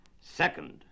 Second